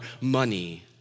money